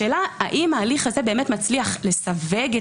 השאלה האם ההליך הזה מצליח לסווג באמת